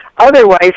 Otherwise